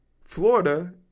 Florida